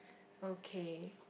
okay